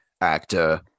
actor